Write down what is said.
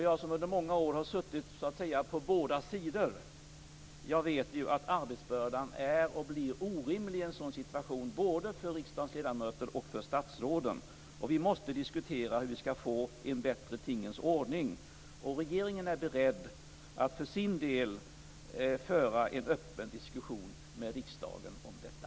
Jag som under många år har suttit på båda sidor vet att arbetsbördan är och blir orimlig i en sådan situation, både för riksdagens ledamöter och för statsråden. Vi måste diskutera hur vi skall få en bättre tingens ordning. Regeringen är beredd att för sin del föra en öppen diskussion med riksdagen om detta.